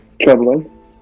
traveling